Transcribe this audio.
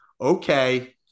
okay